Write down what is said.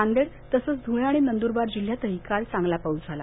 नांदेड तसच धुळे आणि नंदुरबार जिल्ह्यातही काल चांगला पाऊस झाला